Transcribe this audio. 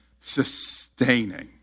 Sustaining